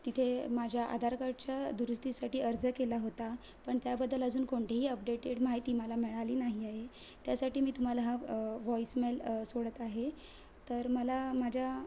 तिथे माझ्या आधार कार्डच्या दुरुस्तीसाठी अर्ज केला होता पण त्याबद्दल अजून कोणतेही अपडेटेड माहिती मला मिळाली नाही आहे त्यासाठी मी तुम्हाला हा वॉईसमेल सोडत आहे तर मला माझ्या